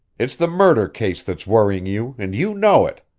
it's the murder case that's worrying you, and you know it!